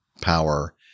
power